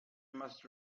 must